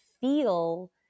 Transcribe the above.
feel